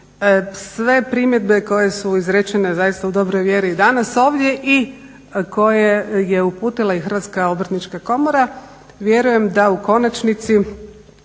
sve primjedbe koje su izrečene zaista u dobroj vjeri danas ovdje i koje je uputila i HOK vjerujem da u konačnici